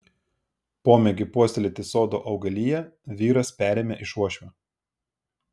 pomėgį puoselėti sodo augaliją vyras perėmė iš uošvio